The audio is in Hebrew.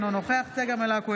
אינו נוכח צגה מלקו,